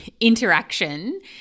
interaction